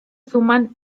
suman